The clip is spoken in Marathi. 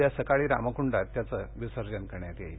उद्या सकाळी रामकुंडात त्याचं विसर्जन करण्यात येईल